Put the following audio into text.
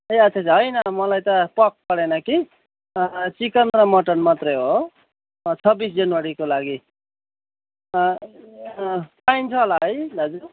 ए अच्छा अच्छा होइन मलाई त पोर्क परेन कि चिकन र मटन मात्र हो छब्बिस जनवरीको लागि पाइन्छ होला है दाजु